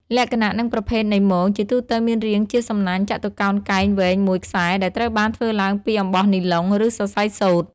លក្ខណៈនិងប្រភេទនៃមង ជាទូទៅមានរាងជាសំនាញ់ចតុកោណកែងវែងមួយខ្សែដែលត្រូវបានធ្វើឡើងពី អំបោះនីឡុង ឬសរសៃសូត្រ។